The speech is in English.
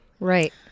Right